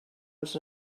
als